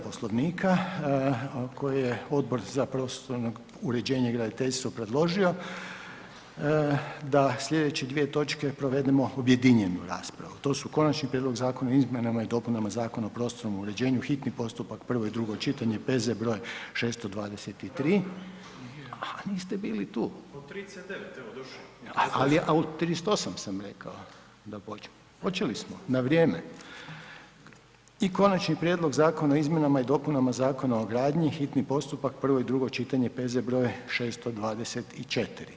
Poslovnika, a koji je Odbor za prostorno uređenje i graditeljstvo predložio da slijedeći dvije točke provedemo objedinjenu raspravu, to su: -Konačni prijedlog Zakona o izmjenama i dopunama Zakona o prostornom uređenju, hitni postupak, prvo i drugo čitanje, P.Z. br. 623. … [[Upadica iz sabornice se ne razumije]] A niste bili tu [[Upadica iz sabornice: u 39, evo došo]] ali u 38 sam rekao da počinje, počeli smo na vrijeme i - Konačni prijedlog Zakona o izmjenama i dopunama Zakona o gradnji, hitni postupak, prvo i drugo čitanje, P.Z. br. 624.